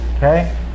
Okay